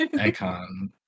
Icon